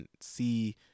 see